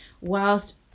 whilst